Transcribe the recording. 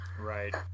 right